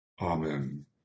Amen